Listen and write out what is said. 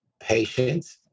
patience